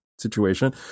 situation